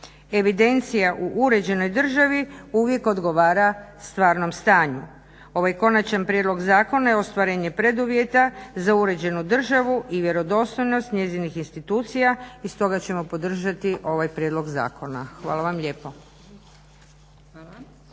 Evidencija u uređenoj državi uvijek odgovara stvarnom stanju. Ovaj konačni prijedlog zakona je ostvarenje preduvjeta za uređenu državu i vjerodostojnost njezinih institucija i stoga ćemo podržati ovaj prijedlog zakona. Hvala vam lijepo.